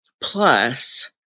Plus